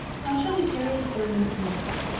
how shall he carry his burden to the end?